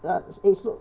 but eh so